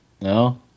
No